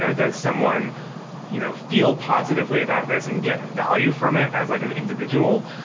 ah does someone you know feel positively about this and get value from it as like an individual?